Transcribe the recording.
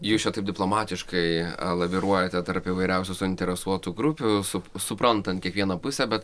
jūs čia taip diplomatiškai laviruojate tarp įvairiausių suinteresuotų grupių sup suprantant kiekvieną pusę bet